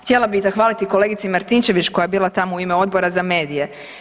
Htjela bih i zahvaliti kolegici Martinčev koja je bila tamo u ime Odbora za medije.